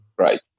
Right